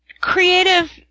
Creative